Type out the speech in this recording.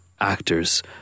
actors